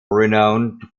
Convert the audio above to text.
renowned